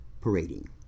parading